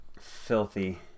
Filthy